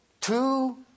Two